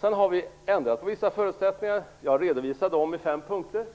Sedan har vi ändrat på vissa förutsättningar. Jag har redovisat dem i fem punkter.